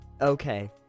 Okay